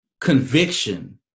conviction